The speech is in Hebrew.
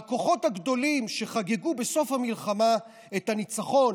מהכוחות הגדולים שחגגו בסוף המלחמה את הניצחון,